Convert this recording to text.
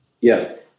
Yes